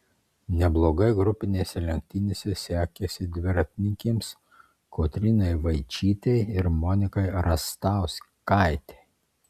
neblogai grupinėse lenktynėse sekėsi dviratininkėms kotrynai vaičytei ir monikai rastauskaitei